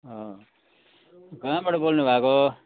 अँ कहाँबाट बोल्नु भएको